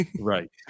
Right